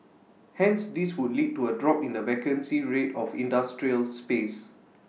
hence this would lead to A drop in the vacancy rate of industrial space